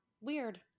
Weird